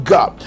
God